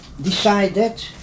decided